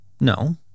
no